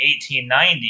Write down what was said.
1890